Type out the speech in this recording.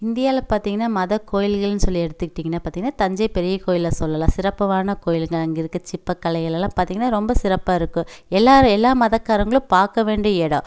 இந்தியாவில் பார்த்தீங்கன்னா மத கோயில்கள்னு சொல்லி எடுத்துக்கிட்டிங்கன்னால் பார்த்தீங்கன்னா தஞ்சை பெரிய கோயில சொல்லலாம் சிறப்பவான கோயிலுங்க அங்கே இருக்கற சிற்பக் கலைகளெல்லாம் பார்த்தீங்கன்னா ரொம்ப சிறப்பாக இருக்கும் எல்லாரும் எல்லா மதக்காரங்களும் பார்க்க வேண்டிய இடோம்